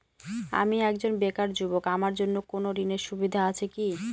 আমি একজন বেকার যুবক আমার জন্য কোন ঋণের সুবিধা আছে কি?